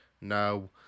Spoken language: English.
no